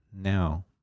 Now